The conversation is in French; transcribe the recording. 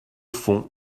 fond